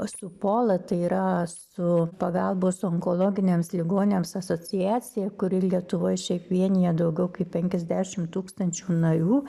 su pola tai yra su pagalbos onkologiniams ligoniams asociacija kuri lietuvoj šiaip vienija daugiau kaip penkiasdešim tūkstančių narių